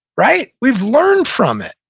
right? we've learned from it,